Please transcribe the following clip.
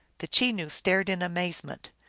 the cheiioo stared in amazement,